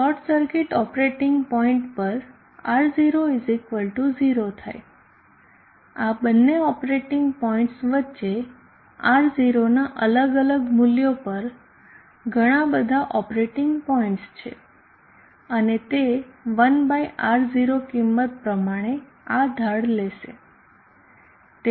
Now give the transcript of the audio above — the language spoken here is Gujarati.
શોર્ટ સર્કિટ ઓપરેટિંગ પોઇન્ટ પર R0 0 થાય આ બંને ઓપરેટિંગ પોઇન્ટ્સ વચ્ચે R0 ના અલગ અલગ મૂલ્યો પર ઘણા બધા ઓપરેટિંગ પોઇન્ટ્સ છે અને તે 1R0 કિંમત પ્રમાણે આ ઢાળ લેશે